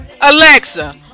Alexa